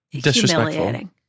Disrespectful